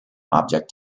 object